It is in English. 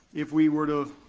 if we were to